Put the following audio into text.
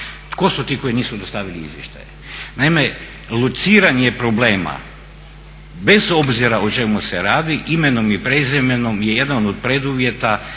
tko su ti koji nisu dostavili izvještaje. Naime, lociranje problema bez obzira o čemu se radi imenom i prezimenom je jedan od preduvjeta